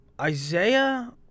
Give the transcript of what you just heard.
Isaiah